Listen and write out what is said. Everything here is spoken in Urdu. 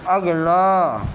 اگلا